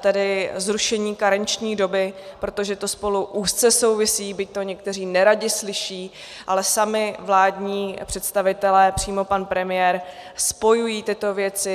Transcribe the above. tedy zrušení karenční doby, protože to spolu úzce souvisí, byť to někteří neradi slyší, ale sami vládní představitelé, přímo pan premiér, spojují tyto věci.